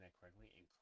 correctly